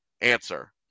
answer